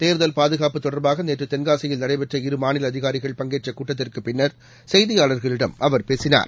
தேர்தல் பாதுகாப்பு தொடர்பாக நேற்று தென்காசியில் நடைபெற்ற இரு மாநில அதிகாரிகள் பங்கேற்ற கூட்டத்திற்குப் பின்னர் செய்தியாளர்களிடம் அவர் பேசினார்